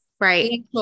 Right